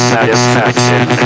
Satisfaction